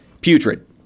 putrid